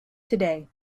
today